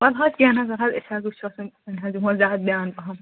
وۅلہٕ حظ کیٚنٛہہ نہَ حظ أسی حظ وُچھہوس وۅنۍ وۅنۍ حظ دِمہوٗس زِیادٕ دیان پَہم